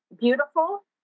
beautiful